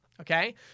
Okay